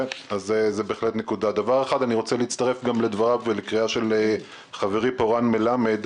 אני רוצה להצטרף גם לדבריו ולקריאה של חברי רן מלמד.